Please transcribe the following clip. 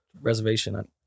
reservation